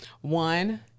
One